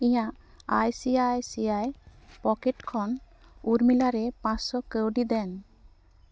ᱤᱧᱟᱹᱜ I C I C I pocket ᱠᱷᱚᱱ ᱩᱨᱢᱤᱞᱟᱨᱮ ᱯᱟᱪᱥᱳ ᱠᱟᱹᱣᱰᱤ ᱫᱮᱱ